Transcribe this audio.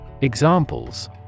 Examples